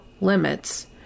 limits